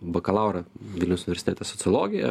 bakalaurą vilniaus universitete sociologija